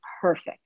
perfect